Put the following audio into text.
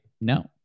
no